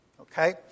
Okay